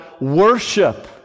worship